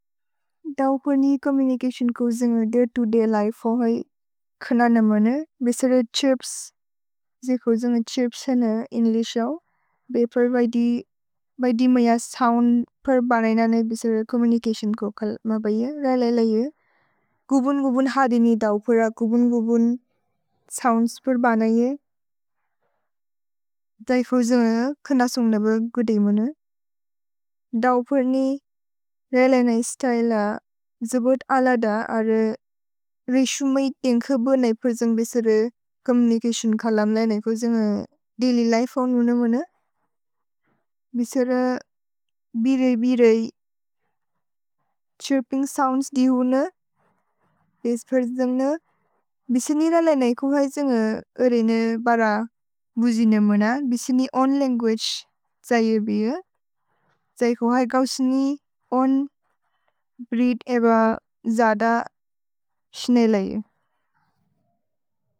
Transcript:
दौपर् नि कोमुनिकस्योन् को द्जुन्ग दय्-तो-दय् लिफे हो होइ खन नमोन, बेसर छिर्प्स्, जिखो जुन्ग छिर्प्स् हन इन्लिश् अव्, बेपर् बैदि, बैदि मय सोउन्द् प्र बनय्नन बेसर कोमुनिकस्योन् को कल्म बय। रेल ल यु गुबुन्-गुबुन् हदिनि दौपर, गुबुन्-गुबुन् सोउन्द्स् प्र बनये, दैफो जुन्ग खन सुन्ग ब गुदिमोन। दौपर् नि रेल न इ स्तैल जुबुत् अलद अर् रेसु मै तेन्ख ब न इ प्र जुन्ग बेसर कोमुनिकस्योन् खलम न इ नैको जुन्ग दैल्य् लिफे होनो नमोन, बेसर बिरे बिरे छिर्पिन्ग् सोउन्द्स् दि होन, पेस् प्र जुन्ग। भिसिनि रेल न इ कुहै जुन्ग अरेने बर बुजिन मोन, बिसिनि ओन् लन्गुअगे त्सय बिरे, त्सय कुहै कौसिनि ओन् ब्रीद् एब जद सिनेल इ।